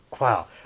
Wow